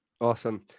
Awesome